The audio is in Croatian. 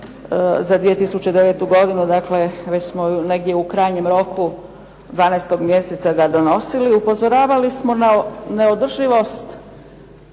za 2009. godinu, dakle već smo negdje u krajnjem roku 12. mjeseca ga donosili, upozoravali smo na neodrživost